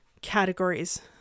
categories